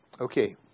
Okay